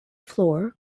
floor